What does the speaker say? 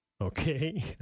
okay